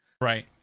Right